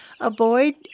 avoid